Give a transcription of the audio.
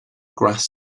grass